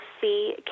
see